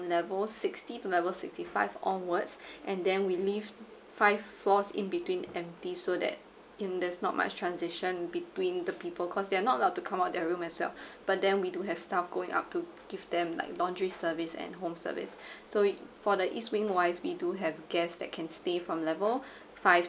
level sixty to level sixty five onwards and then we leave five floors in between empty so that in there's not much transition between the people cause they're not allowed to come out of their room as well but then we do have staff going up to give them like laundry service and home service so for the east wing wise we do have guests that can stay from level five